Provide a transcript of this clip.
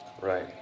Right